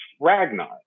Ragnar